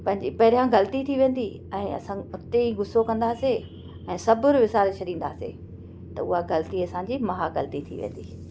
पंहिंजी पहिरियां ग़लती थी वेंदी ऐं असां उते ई गुसो कंदासीं ऐं सब्र विसारे छॾींदासीं त उहा ग़लती असांजी महाग़लती थी वेंदी